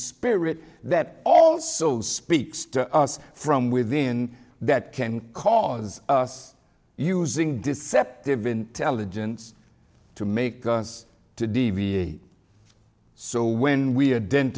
spirit that also speaks to us from within that can cause us using deceptive intelligence to make us to d v d so when we didn't